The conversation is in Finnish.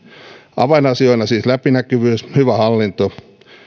avainasioina siis läpinäkyvyys hyvä hallinto